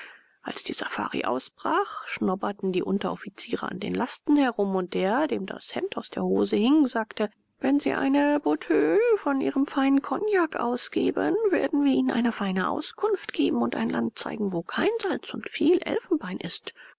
als die safari aufbrach schnoberten die unteroffiziere an den lasten herum und der dem das hemd aus der hose hing sagte wenn sie eine bouteille von ihrem feinen kognak ausgeben werden wir ihnen eine feine auskunft geben und ein land zeigen wo kein salz und viel elfenbein ist